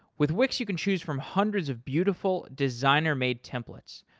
with wix, you can choose from hundreds of beautiful, designer-made templates.